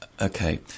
Okay